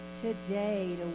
today